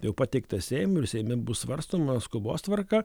jau pateiktas seimui ir seime bus svarstoma skubos tvarka